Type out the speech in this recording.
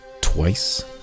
twice